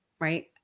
right